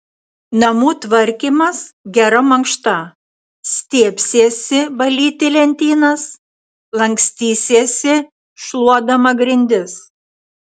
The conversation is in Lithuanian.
namų tvarkymas gera mankšta stiebsiesi valyti lentynas lankstysiesi šluodama grindis